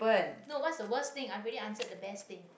no what's the worst thing i've already answered the best thing